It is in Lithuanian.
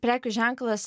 prekių ženklas